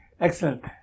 Excellent